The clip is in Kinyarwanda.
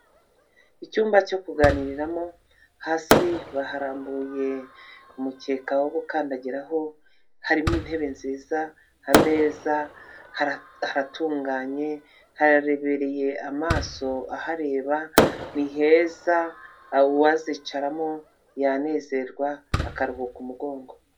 Icyumba cyo kuganiriramo hasi baharambuye umukeka wo gukandagiraho, harimo intebe nziza, ameza hatunganye hararebereye amaso ahareba niheza uwazicaramo yanezerwa akaruhuka umugongo.